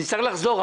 אני צריך לחזור לשם.